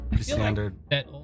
standard